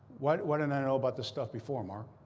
why why didn't i know about this stuff before, mark?